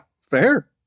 fair